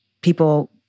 People